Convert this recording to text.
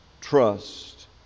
trust